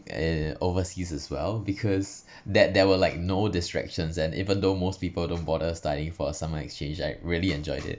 eh overseas as well because that there were like no distractions and even though most people don't bother studying for a summer exchange I really enjoyed it